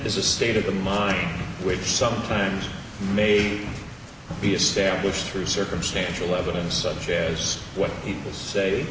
is a state of mind which sometimes may be established through circumstantial evidence such as what people say